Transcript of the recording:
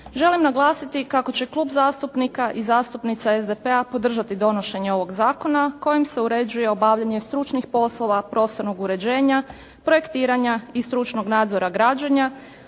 želim naglasiti kako će klub zastupnika i zastupnica SDP-a podržati donošenje ovoga zakona kojim se uređuje obavljanje stručnih poslova, prostornog uređenja, projektiranja i stručnog nadzora građenja,